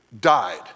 died